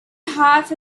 half